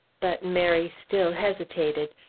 but mary still hesitated,